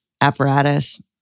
apparatus